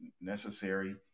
necessary